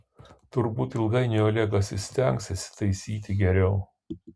turbūt ilgainiui olegas įstengs įsitaisyti geriau